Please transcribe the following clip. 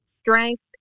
strength